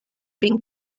being